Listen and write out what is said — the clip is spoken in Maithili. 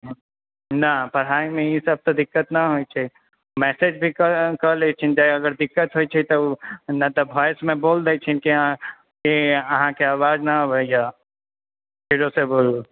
ने पढ़ाईमे तऽ ईसब तऽ दिक्कत नहि होइ छै मैसेज भी कऽ लै छी दिक्कत होइ छै तऽ ओ नहि तऽ वॉइस मे बोल दै छै जे अहाँकेँ आवाज ने अबैया